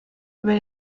über